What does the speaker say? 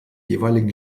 jeweiligen